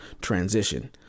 transition